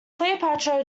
cleopatra